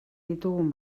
ditugun